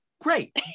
great